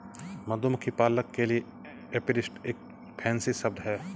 मधुमक्खी पालक के लिए एपीरिस्ट एक फैंसी शब्द है